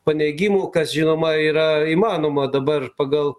paneigimų kas žinoma yra įmanoma dabar pagal